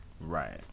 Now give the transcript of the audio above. right